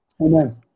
Amen